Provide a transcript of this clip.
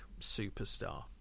superstar